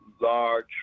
large